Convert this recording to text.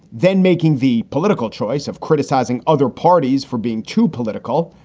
then making the political choice of criticizing other parties for being too political.